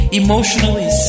emotionally